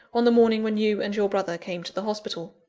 on the morning when you and your brother came to the hospital.